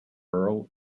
earl